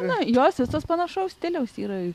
na jos visos panašaus stiliaus yra